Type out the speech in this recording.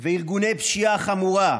וארגוני פשיעה חמורה.